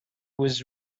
was